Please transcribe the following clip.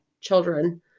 children